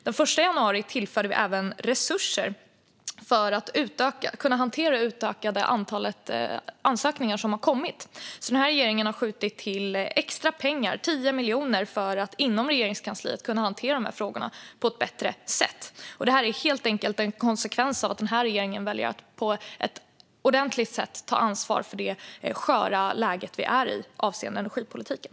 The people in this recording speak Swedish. Den 1 januari tillförde vi även resurser för att kunna hantera det utökade antalet ansökningar som har kommit. Denna regering har alltså skjutit till extra pengar - 10 miljoner - för att inom Regeringskansliet kunna hantera dessa frågor på ett bättre sätt. Detta är helt enkelt en konsekvens av att denna regering väljer att på ett ordentligt sätt ta ansvar för det sköra läge som vi är i avseende energipolitiken.